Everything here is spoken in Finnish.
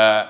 ja